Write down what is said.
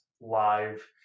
live